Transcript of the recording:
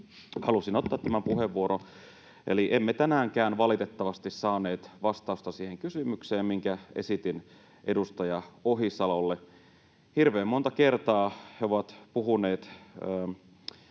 halusin ottaa tämän puheenvuoron: Emme tänäänkään valitettavasti saaneet vastausta siihen kysymykseen, minkä esitin edustaja Ohisalolle. Hirveän monta kertaa he ovat puhuneet